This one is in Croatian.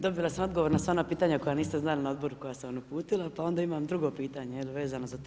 Dobila sam odgovor na sva ona pitanja koja niste znali na Odboru koja sam vam uputila, pa onda imam drugo pitanje vezano za to.